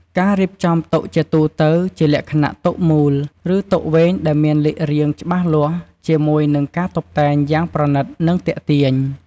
ការរៀបចំតុជាទូទៅជាលក្ខណៈតុមូល ឬតុវែងដែលមានលេខរៀងច្បាស់លាស់ ជាមួយនឹងការតុបតែងយ៉ាងប្រណីត និងទាក់ទាញ។